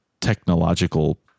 technological